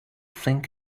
think